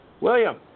William